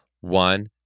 One